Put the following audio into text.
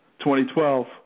2012